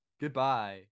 goodbye